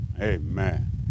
Amen